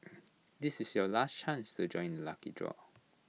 this is your last chance to join the lucky draw